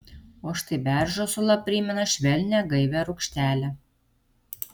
o štai beržo sula primena švelnią gaivią rūgštelę